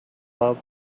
love